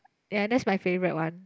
ya that's my favourite one